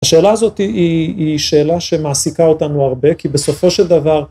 השאלה הזאת היא שאלה שמעסיקה אותנו הרבה כי בסופו של דבר